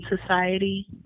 society